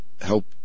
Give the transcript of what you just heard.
help